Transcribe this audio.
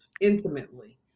intimately